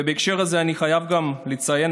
ובהקשר הזה אני חייב גם לציין,